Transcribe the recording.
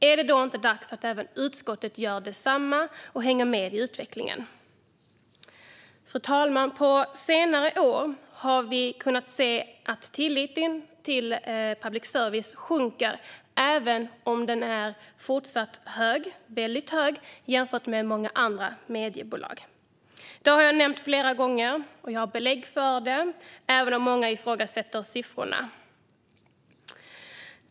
Är det då inte dags att även utskottet gör detsamma och hänger med i utvecklingen? Fru talman! På senare år har vi kunnat se att tilliten till public service sjunker, även om den fortfarande är väldigt hög jämfört med många andra mediebolag. Det har jag nämnt flera gånger. Jag har också belägg för det, även om många ifrågasätter siffrorna.